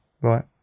Right